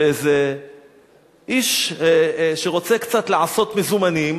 שאיזה איש שרוצה לעשות קצת מזומנים